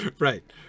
right